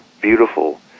beautiful